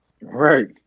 Right